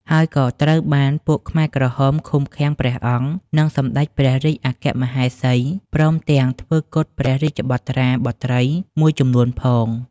ហើយក៏ត្រូវបានពួកខ្មែរក្រហមឃុំ ឃាំងព្រះអង្គ និងសម្តេចព្រះរាជអគ្គមហេសីព្រមទំាងធ្វើគុតព្រះរាជបុត្រាបុត្រីមួយចំនួនផង។